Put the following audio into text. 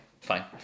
Fine